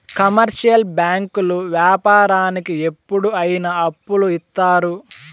commercial బ్యాంకులు వ్యాపారానికి ఎప్పుడు అయిన అప్పులు ఇత్తారు